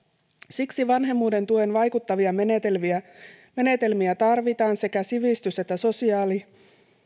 siksi vanhemmuuden tuen vaikuttavia menetelmiä menetelmiä tarvitaan sekä sivistys että sosiaali